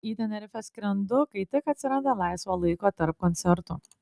į tenerifę skrendu kai tik atsiranda laisvo laiko tarp koncertų